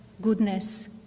goodness